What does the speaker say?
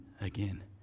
again